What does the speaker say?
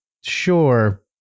Sure